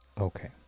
Okay